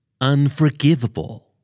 Unforgivable